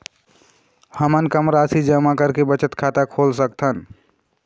हमन कम राशि जमा करके बचत खाता खोल सकथन?